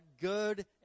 good